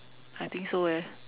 I think so eh